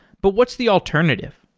but what's the alternative?